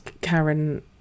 karen